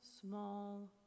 small